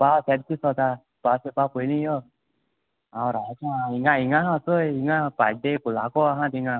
पावस येत दिसोता पावस येवपा पयली यो हांव रावता हिंगां हिंगां हा चोय हिंगां पाड्डे पुलाको हा थिंगां